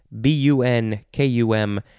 b-u-n-k-u-m